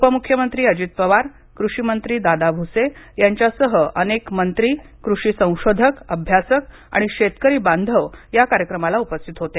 उपमुख्यमंत्री अजित पवार कृषीमंत्री दादा भुसे यांच्यासह अनेक मंत्री कृषी संशोधक अभ्यासक आणि शेतकरी बांधव या कार्यक्रमाला उपस्थित होते